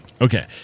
Okay